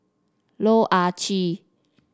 Loh Ah Chee